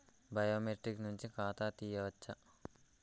Biometric నుంచి ఖాతా తీయచ్చా?